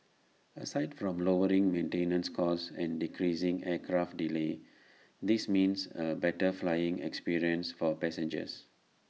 aside from lowering maintenance costs and decreasing aircraft delays this means A better flying experience for passengers